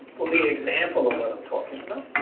will be an example of what i'm talking about.